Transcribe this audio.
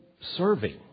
serving